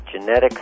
genetic